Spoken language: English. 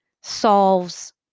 solves